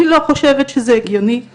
אני לא חושבת שזה הגיוני,